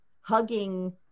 hugging